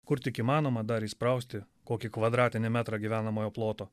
kur tik įmanoma dar įsprausti kokį kvadratinį metrą gyvenamojo ploto